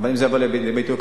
ואם זה יבוא לידי ביטוי,